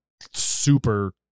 super